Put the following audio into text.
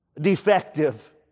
defective